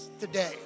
today